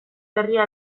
berria